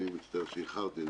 אני מצטער שאיחרתי,